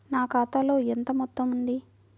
నా ఖాతాలో ఎంత మొత్తం ఉంది?